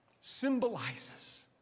symbolizes